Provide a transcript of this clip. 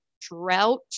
drought